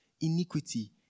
iniquity